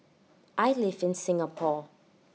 I live in Singapore